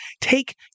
take